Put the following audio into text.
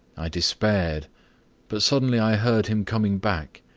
i despaired but suddenly i heard him coming back.